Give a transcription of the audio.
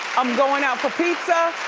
i'm going out for pizza,